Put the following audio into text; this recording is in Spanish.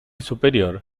superior